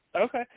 Okay